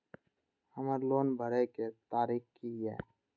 हमर लोन भरए के तारीख की ये?